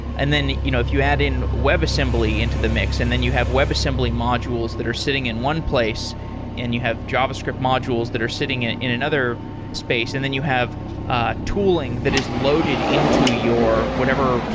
and then you know if you add in webassembly into the mix and then you have webassembly modules that are sitting in one place and you have javascript modules that are sitting in in another space. and then you have ah tooling that is loaded into your whatever,